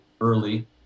early